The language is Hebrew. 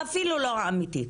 אפילו לא האמיתית